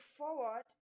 forward